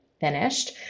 finished